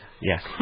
yes